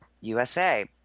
USA